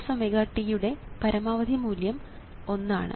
കോസ്⍵t യുടെ പരമാവധി മൂല്യം ഒന്ന് ആണ്